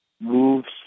moves